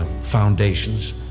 foundations